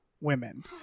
women